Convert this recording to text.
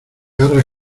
garra